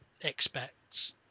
expects